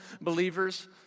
believers